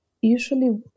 usually